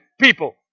people